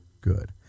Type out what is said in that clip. good